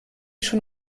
schon